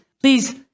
Please